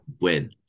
win